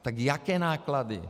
Tak jaké náklady?